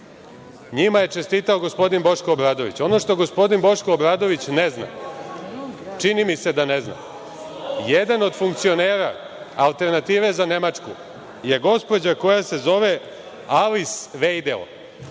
NJima je čestitao gospodin Boško Obradović. Ono što gospodin Boško Obradović ne zna, čini mi se da ne zna, jedan od funkcionera Alternative za Nemačku je gospođa koja se zove Alis Vejdel,